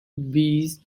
bees